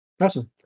awesome